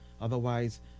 Otherwise